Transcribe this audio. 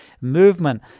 movement